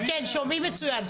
תכף אני אגע בקונפליקטים.